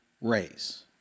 raise